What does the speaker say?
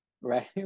right